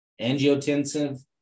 angiotensin